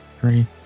three